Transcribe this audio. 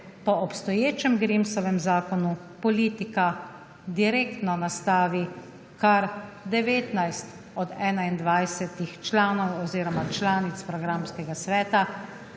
Po obstoječem Grimsovem zakonu politika direktno nastavi kar 19 od 21 članov oziroma članic programskega sveta.